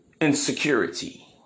insecurity